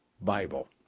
Bible